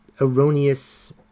erroneous